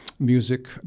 music